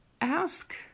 ask